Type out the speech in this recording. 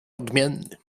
odmienny